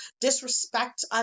disrespect